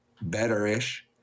better-ish